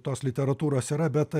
tos literatūros yra bet